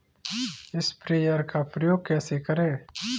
Sprayer का उपयोग कैसे करें?